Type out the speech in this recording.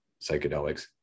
psychedelics